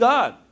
God